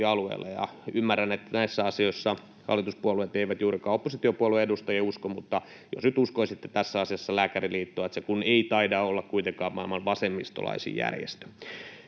Ymmärrän, että näissä asioissa hallituspuolueet eivät juurikaan oppositiopuolueen edustajia usko, mutta jos nyt uskoisitte tässä asiassa Lääkäriliittoa, se kun ei taida olla kuitenkaan maailman vasemmistolaisin järjestö.